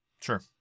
Sure